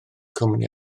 cwmni